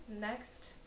next